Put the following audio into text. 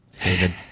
david